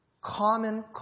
common